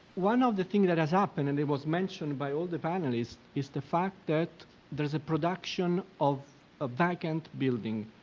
one of the thing that has happened, and it was mentioned by all the panelists, is the fact that there is a production of a vacant building.